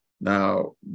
Now